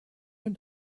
and